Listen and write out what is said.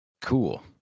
Cool